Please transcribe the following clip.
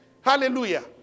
Hallelujah